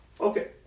Okay